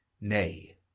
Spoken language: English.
nay